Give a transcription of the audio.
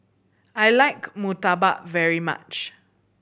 I like murtabak very much